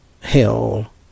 hell